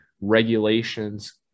regulations